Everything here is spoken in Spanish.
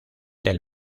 del